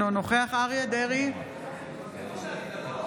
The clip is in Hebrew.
אינו נוכח אריה מכלוף דרעי,